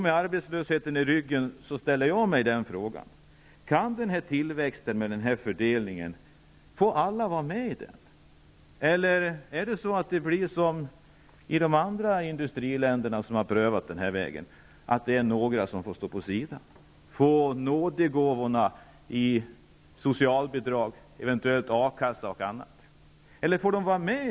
Med arbetslösheten i ryggen vill jag då fråga: Får alla del av den här tillväxten med den fördelning som den har? Eller blir det som i övriga industriländer som har prövat denna väg, att det är några som får stå utanför? De får nådegåvor i form av socialbidrag eller ersättning från A-kassa. Får dessa människor egentligen vara med?